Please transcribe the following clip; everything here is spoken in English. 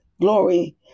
Glory